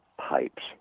pipes